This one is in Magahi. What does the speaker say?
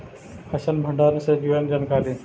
फसल भंडारन से जुड़ल जानकारी?